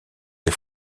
des